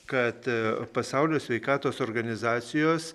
kad pasaulio sveikatos organizacijos